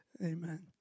Amen